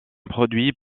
produit